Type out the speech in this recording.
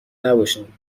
نباشین